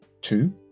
Two